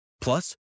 Plus